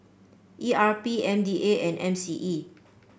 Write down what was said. E R P M D A and M C E